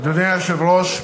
אדוני היושב-ראש,